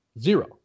Zero